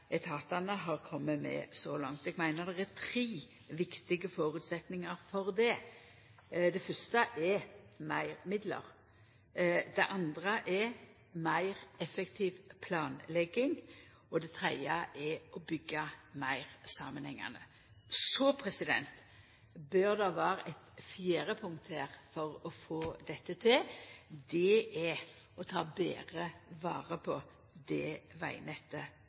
etatane har kome med så langt. Eg meiner det er tre viktig føresetnader for det. Den fyrste er meir midlar. Den andre er meir effektiv planlegging, og den tredje er å byggja meir samanhengande. Så bør det vera eit fjerde punkt her for å få dette til. Det er å ta betre vare på det vegnettet